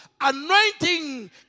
anointing